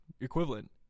equivalent